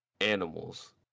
animals